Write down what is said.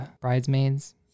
bridesmaids